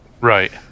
Right